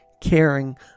caring